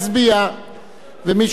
ומי שלא ישב במקומו,